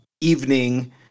evening